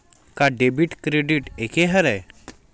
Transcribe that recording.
का debit credit एके हरय?